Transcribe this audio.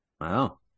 Wow